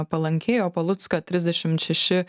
palankiai o palucką trisdešimt šeši